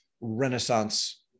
Renaissance